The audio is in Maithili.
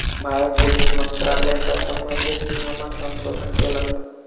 भारत के वित्त मंत्रालय कर सम्बंधित नियमक संशोधन केलक